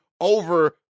over